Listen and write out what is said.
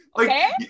Okay